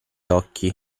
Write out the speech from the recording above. occhi